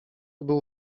był